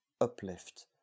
uplift